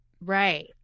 right